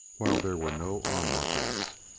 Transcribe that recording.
while there were no onlookers.